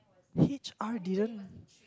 H_R didn't